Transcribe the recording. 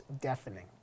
deafening